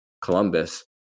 Columbus